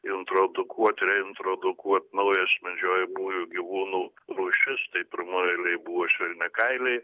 introdukuot reintrodukuot naujas medžiojamųjų gyvūnų rūšis tai pirmoj eilėj buvo švelniakailiai